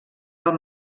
del